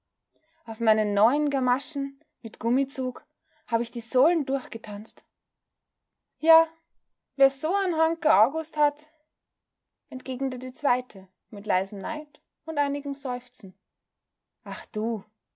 auf meinen neuen gamaschen mit gummizug hab ich die sohlen durchgetanzt ja wer so ein'n hanke august hat entgegnete die zweite mit leisem neid und einigem seufzen ach du